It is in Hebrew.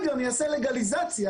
אין ספק,